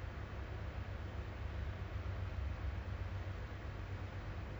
still finding for other part-time job ah kalau boleh ambil apa-apa then I just take lah